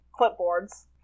clipboards